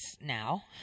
now